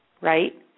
right